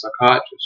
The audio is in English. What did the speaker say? psychiatrist